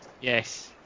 Yes